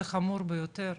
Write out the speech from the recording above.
זה חמור ביותר,